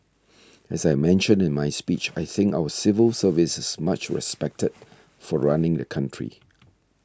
as I mentioned in my speech I think our civil service is much respected for running the country